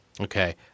Okay